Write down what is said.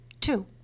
Two